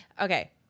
Okay